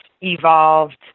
evolved